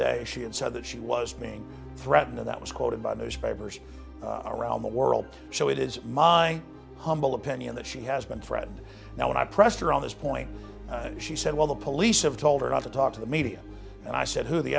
day she had said that she was being threatened and that was quoted by those papers around the world so it is my humble opinion that she has been threatened now when i pressed her on this point she said well the police have told her not to talk to the media and i said who the